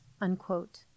unquote